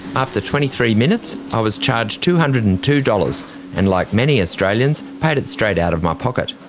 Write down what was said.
after twenty three minutes, i was charged two hundred and two dollars and, like many australians, paid it straight out of my pocket.